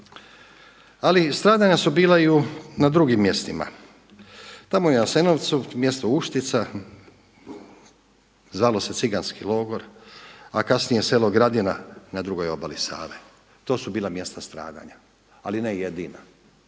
ali stradanja su bila i na drugim mjestima. Tamo u Jasenovci mjesto Uštica zvalo se ciganski logor, a kasnije selo Gradina na drugoj obali Save, to su bila mjesta stradanja. Ali ne jedina,